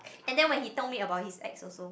and then when he told me about his ex also